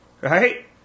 right